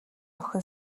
охин